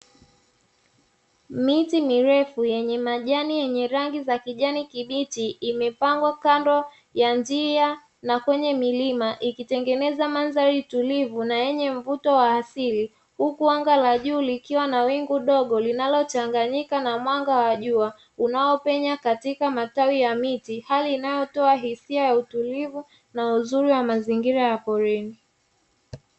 Miti mirefu yenye majani yenye rangi za kijani kibichi imepangwa kando ya njia na kwenye milima ikitengeneza mandhari tulivu yenye mvuto wa asili, huku anga la juu likiwa na wingu dogo linalochanganyika na mwanga wa jua, unaopenya katika matawi ya miti hali inayotoa hisia ya utulivu na uzuri wa mazingira ya porini.